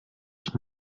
ich